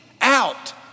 out